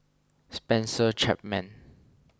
Spencer Chapman